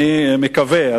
אני מקווה,